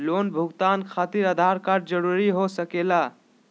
Loan भुगतान खातिर Aadhaar card जरूरी हो सके ला?